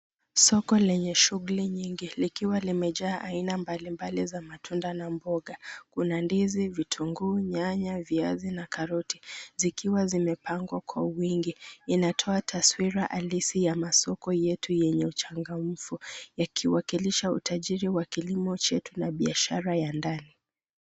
Soko lenye shughuli nyingi likiwa limejaa aina mbalimbali za matunda na mboga. Kuna ndizi, vitunguu, nyanya, viazi na karoti zikiwa zimepangwa kwa wingi. Inatoa taswira halisi ya masoko yetu yenye uchangamfu yakiwakilisha utajiri wa kilimo chetu na biashara ya ndani.